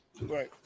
Right